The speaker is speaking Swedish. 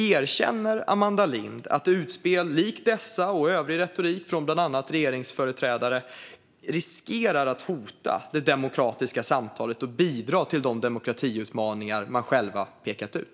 Erkänner Amanda Lind att utspel likt dessa och övrig retorik från bland annat regeringsföreträdare riskerar att hota det demokratiska samtalet och bidra till de demokratiutmaningar man själv pekat ut?